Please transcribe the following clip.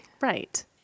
Right